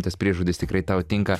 tas priežodis tikrai tau tinka